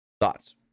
Thoughts